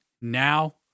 now